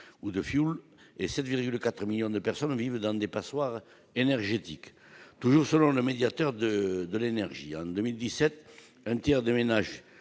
ou de fioul et 7,4 millions de personnes vivent dans des « passoires énergétiques ». Toujours selon le médiateur national de l'énergie, en 2017, un tiers des ménages